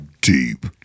deep